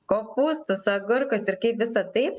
kopūstus agurkus ir kaip visa tai